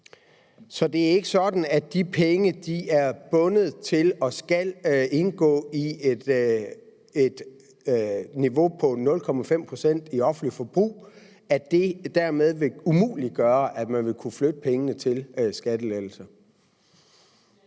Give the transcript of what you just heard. Så det er altså ikke sådan, at de penge er bundet til og skal indgå i et niveau på 0,5 pct. i offentligt forbrug – og at det dermed vil umuliggøre, at man vil kunne flytte pengene til skattelettelser?